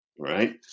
Right